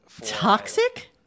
Toxic